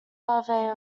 larvae